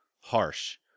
harsh